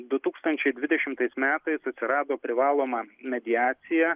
du tūkstančiai dvidešimtais metais atsirado privaloma mediacija